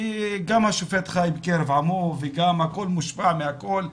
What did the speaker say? כי גם השופט חי בקרב עמו וגם הכול מושפע מהכול,